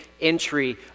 Entry